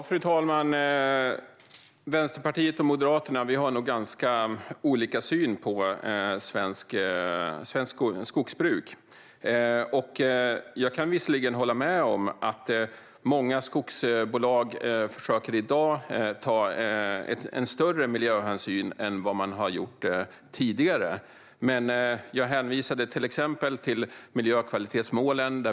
Fru talman! Vänsterpartiet och Moderaterna har nog ganska olika syn på svenskt skogsbruk. Jag kan visserligen hålla med om att många skogsbolag i dag försöker ta större miljöhänsyn än vad de har gjort tidigare, men jag hänvisade till exempel till miljökvalitetsmålen.